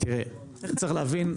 צריך להבין,